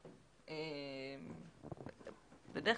מעכשיו.